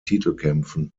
titelkämpfen